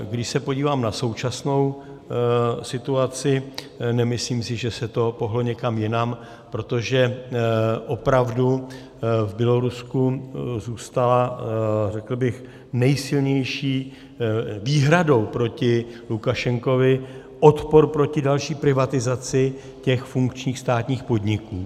Když se podívám na současnou situaci, nemyslím si, že se to pohnulo někam jinam, protože opravdu v Bělorusku zůstal, řekl bych, nejsilnější výhradou proti Lukašenkovi odpor proti další privatizaci těch funkčních státních podniků.